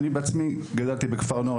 אני בעצמי גדלתי בכפר נוער,